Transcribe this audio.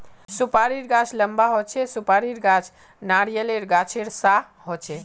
सुपारीर गाछ लंबा होचे, सुपारीर गाछ नारियालेर गाछेर सा होचे